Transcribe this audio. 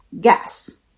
gas